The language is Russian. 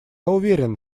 уверен